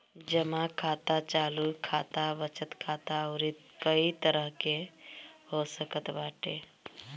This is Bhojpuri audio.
जमा खाता चालू खाता, बचत खाता अउरी कई तरही के हो सकत बाटे